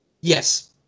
Yes